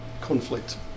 conflict